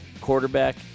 quarterback